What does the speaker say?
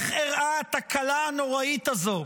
איך אירעה התקלה הנוראית הזו,